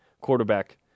quarterback